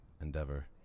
endeavor